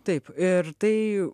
taip ir tai